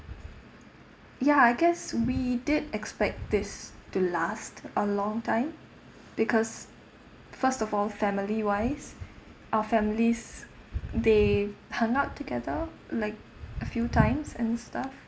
ya I guess we did expect this to last a long time because first of all family wise our families they hang out together like a few times and stuff